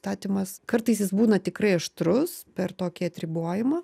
statymas kartais jis būna tikrai aštrus per tokį atribojimą